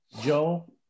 Joe